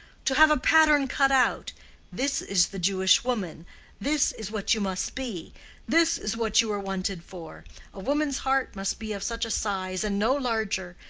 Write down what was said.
to have a pattern cut out this is the jewish woman this is what you must be this is what you are wanted for a woman's heart must be of such a size and no larger,